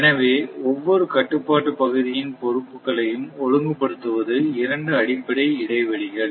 எனவே ஒவ்வொரு கட்டுப்பாட்டுப் பகுதியின் பொறுப்புகளையும் ஒழுங்குபடுத்துவது இரண்டு அடிப்படை இடைவெளிகள்